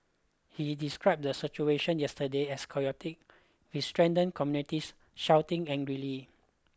he described the situation yesterday as with stranded communities shouting angrily